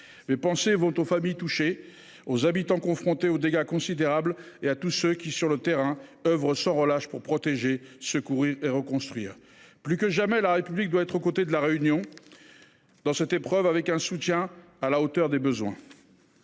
Mes pensées vont aux familles touchées, aux habitants confrontés aux dégâts considérables et à tous ceux qui, sur le terrain, œuvrent sans relâche pour protéger, secourir et reconstruire. Plus que jamais, la République doit se trouver au côté de La Réunion dans cette épreuve et apporter un soutien à la hauteur de ses besoins.